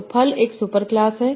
तो फल एक सुपरक्लास है